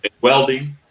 welding